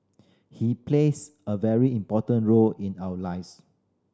he plays a very important role in our lives